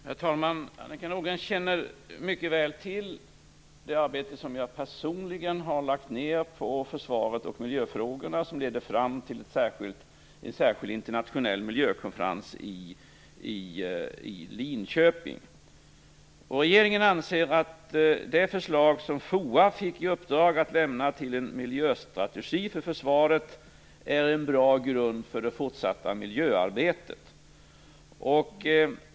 Herr talman! Annika Nordgren känner mycket väl till det arbete som jag personligen har lagt ned på försvaret och miljöfrågorna. Det ledde fram till en särskild internationell miljökonferens i Linköping. Regeringen anser att det förslag till en miljöstrategi för försvaret som FOA fick i uppdrag att lämna är en bra grund för det fortsatta miljöarbetet.